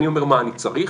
אני אומר מה אני צריך.